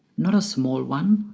not a small one.